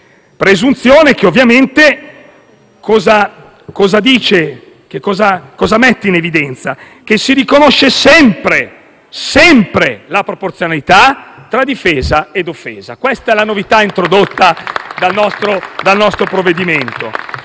presunzione che mette in evidenza che si riconosce sempre la proporzionalità tra difesa e offesa. Questa è la novità introdotta dal nostro provvedimento.